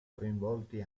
coinvolti